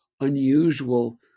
unusual